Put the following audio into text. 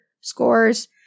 scores